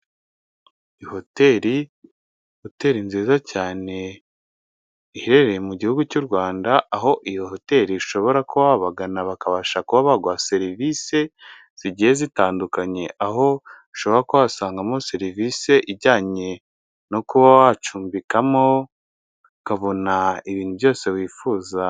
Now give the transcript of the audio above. Hotel, hoteli nziza cyane iherereye mu gihugu cy'u Rwanda, aho iyo hoteli ushobora kuba wabagana bakabasha kuba baguha serivisi zigiye zitandukanye, aho ushobora kuba wasangamo serivisi ijyanye no kuba wacumbikamo ukabona ibintu byose wifuza.